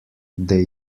they